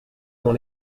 dont